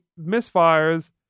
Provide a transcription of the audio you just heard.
misfires